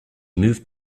moved